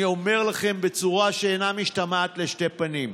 אני אומר לכם בצורה שאינה משתמעת לשתי פנים: